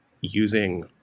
using